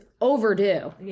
overdue